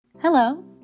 Hello